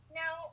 now